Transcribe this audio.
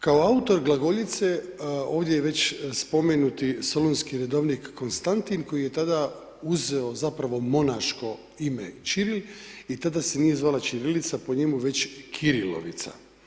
Kao autor glagoljice ovdje je već spomenuti solunski redovnik Konstantin koji je tada uzeo zapravo monaško ime Ćiril i tada se nije zvala ćirilica po njemu već kirilovica.